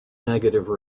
negative